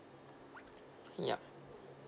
yup